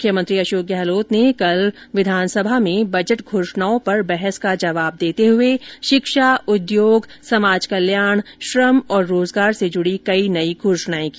मुख्यमंत्री अशोक गहलोत ने कल राज्य विधानसभा में बजट घोषणाओं पर बहस का जवाब देते हुए शिक्षा उद्योग समाज कल्याण श्रम और रोजगार से जुड़ी कई नई घोषणाएं की